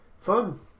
fun